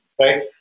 right